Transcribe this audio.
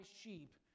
sheep